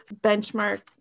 benchmark